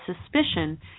suspicion